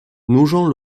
nogent